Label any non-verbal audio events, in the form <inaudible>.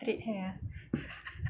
straight hair ah <laughs>